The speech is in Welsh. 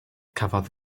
cafodd